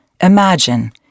Imagine